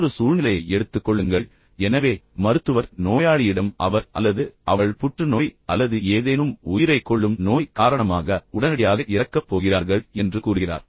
மற்றொரு சூழ்நிலையை எடுத்துக் கொள்ளுங்கள் எனவே மருத்துவர் நோயாளியிடம் அவர் அல்லது அவள் புற்றுநோய் அல்லது ஏதேனும் உயிரைக் கொள்ளும் நோய் காரணமாக உடனடியாக இறக்கப் போகிறார்கள் என்று கூறுகிறார்